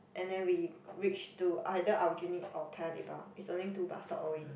and then we reach to either Aljunied or Paya-Lebar is only two bus stop away